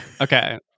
Okay